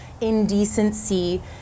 indecency